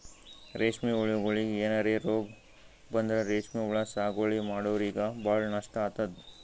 ರೇಶ್ಮಿ ಹುಳಗೋಳಿಗ್ ಏನರೆ ರೋಗ್ ಬಂದ್ರ ರೇಶ್ಮಿ ಹುಳ ಸಾಗುವಳಿ ಮಾಡೋರಿಗ ಭಾಳ್ ನಷ್ಟ್ ಆತದ್